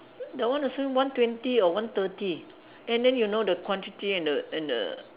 that one also one twenty or one thirty and then you know the quantity and the and the